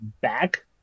back